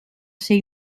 ser